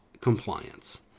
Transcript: compliance